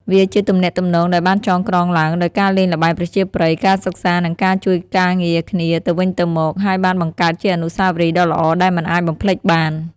វាជាទំនាក់ទំនងដែលបានចងក្រងឡើងដោយការលេងល្បែងប្រជាប្រិយ ការសិក្សានិងការជួយការងារគ្នាទៅវិញទៅមក ហើយបានបង្កើតជាអនុស្សាវរីយ៍ដ៏ល្អដែលមិនអាចបំភ្លេចបាន។